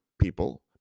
people